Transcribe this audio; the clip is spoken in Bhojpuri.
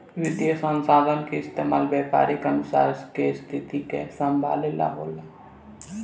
वित्तीय संसाधन के इस्तेमाल व्यापारिक नुकसान के स्थिति के संभाले ला होला